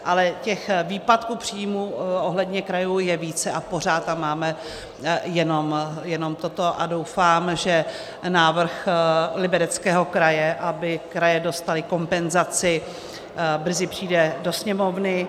Ale těch výpadků příjmů ohledně krajů je více a pořád tam máme jenom toto a doufám, že návrh Libereckého kraje, aby kraje dostaly kompenzaci, brzy přijde do Sněmovny.